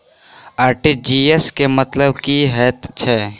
RTGS केँ मतलब की हएत छै?